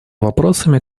вопросами